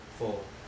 four